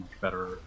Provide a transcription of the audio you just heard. better